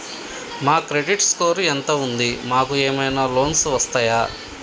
మా credit score ఎంత ఉంది? మాకు ఏమైనా లోన్స్ వస్తయా?